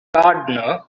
gardener